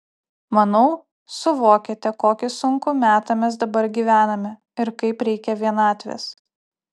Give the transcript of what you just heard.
manau suvokiate kokį sunkų metą mes dabar gyvename ir kaip reikia vienatvės